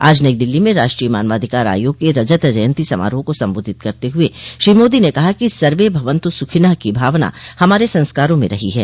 आज नई दिल्ली में राष्ट्रीय मानवाधिकार आयोग के रजत जंयती समारोह को संबोधित करते हुए श्री मोदी ने कहा सर्वे भवन्तु सुखिनः की भावना हमारे संस्कारों में रही है